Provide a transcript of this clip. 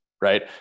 right